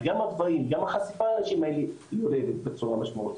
גם החשיפה יורדת בצורה משמעותית.